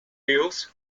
bills